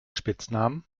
spitznamen